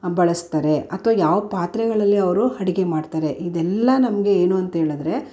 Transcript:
ಬಳಸ್ತಾರೆ ಅಥ್ವಾ ಯಾವ ಪಾತ್ರೆಗಳಲ್ಲಿ ಅವರು ಅಡುಗೆ ಮಾಡ್ತಾರೆ ಇದೆಲ್ಲ ನಮಗೆ ಏನು ಅಂತ್ಹೇಳಿದ್ರೆ